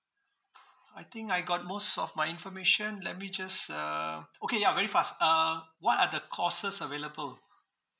I think I got most of my information let me just uh okay ya very fast uh what are the courses available